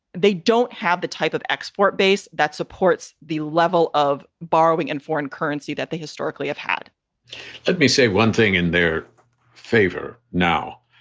they don't have the type of export base that supports the level of borrowing and foreign currency that they historically have had let me say one thing in their favor. now,